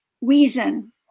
reason